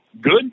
good